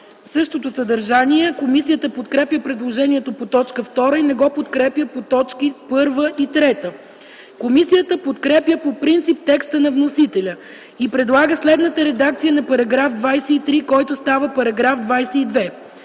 същото съдържание. Комисията подкрепя предложението по т. 2 и не го подкрепя по точки 1 и 3. Комисията подкрепя по принцип текста на вносителя и предлага следната редакция на § 23, който става § 22: „§ 22.